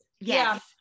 Yes